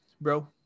bro